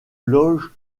loge